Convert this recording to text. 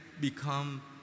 become